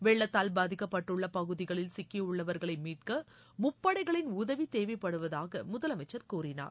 வெள்ளத்தால் பாதிக்கப்பட்டுள்ள பகுதிகளில் சிக்கியுள்ளவர்களை மீட்க முப்படைகளின் உதவி தேவைப்படுவதாக முதலமைச்சர் கூறினார்